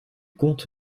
comptes